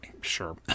sure